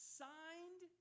signed